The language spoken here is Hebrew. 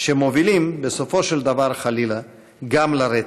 שמובילים בסופו של דבר חלילה גם לרצח.